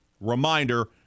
Reminder